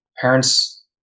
parents